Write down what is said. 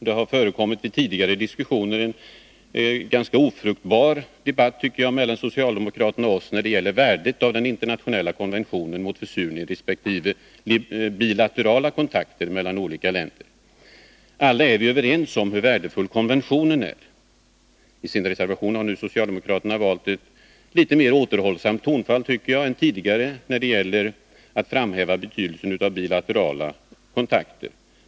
Det har vid tidigare tillfällen förekommit en ganska ofruktbar debatt, tycker jag, mellan socialdemokraterna och oss när det gäller värdet av den internationella konventionen mot försurning resp. bilaterala kontakter mellan olika länder. Alla är vi överens om hur värdefull konventionen är. I sin reservation har socialdemokraterna nu valt ett mycket mer återhållsamt tonfall än tidigare när det gäller att framhäva betydelsen av bilaterala kontakter.